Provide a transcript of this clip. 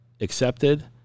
accepted